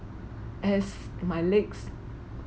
as my legs